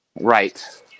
Right